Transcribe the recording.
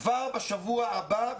כבר בשבוע הבא,